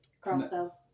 crossbow